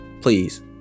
Please